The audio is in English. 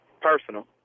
Personal